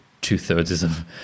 two-thirdsism